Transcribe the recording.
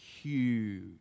huge